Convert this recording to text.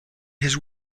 his